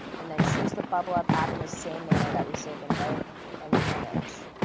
and then choose the bublup app in the same manner that we save a note and the image.